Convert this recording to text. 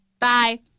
Bye